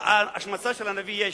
השמצה של הנביא ישו,